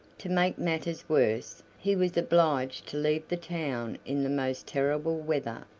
to make matters worse, he was obliged to leave the town in the most terrible weather,